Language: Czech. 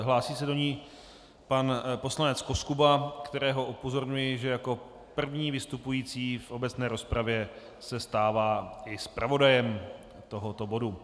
Hlásí se do ní pan poslanec Koskuba, kterého upozorňuji, že jako první vystupující v obecné rozpravě se stává i zpravodajem tohoto bodu.